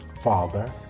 Father